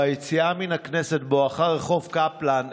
ביציאה מן הכנסת בואכה רחוב קפלן,